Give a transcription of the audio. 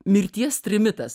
mirties trimitas